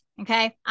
Okay